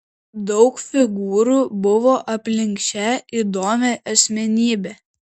daug figūrų buvo aplink šią įdomią asmenybę